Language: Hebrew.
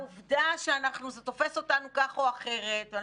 והעובדה שזה תופס אותנו כך או אחרת ואני